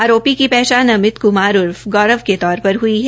आरोपी की पहचान अमित कुमार उर्फ गौरव के तौर पर हुई है